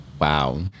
Wow